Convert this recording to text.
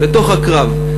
לתוך הקרב.